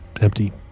empty